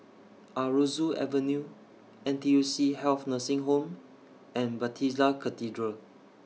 Aroozoo Avenue N T U C Health Nursing Home and Bethesda Cathedral